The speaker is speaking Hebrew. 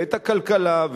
ואת הכלכלה,